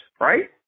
right